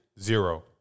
zero